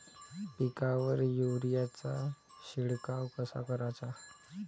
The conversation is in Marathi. पिकावर युरीया चा शिडकाव कसा कराचा?